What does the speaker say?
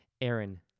Aaron